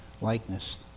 likeness